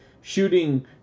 shooting